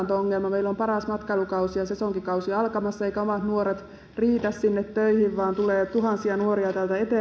meillä on paras matkailukausi ja sesonkikausi alkamassa eivätkä omat nuoret riitä sinne töihin vaan tulee tuhansia nuoria